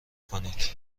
کنید